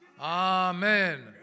Amen